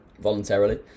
voluntarily